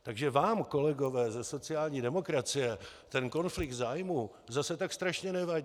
Takže vám, kolegové ze sociální demokracie, ten konflikt zájmů zase tak strašně nevadí.